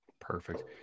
Perfect